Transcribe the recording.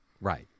Right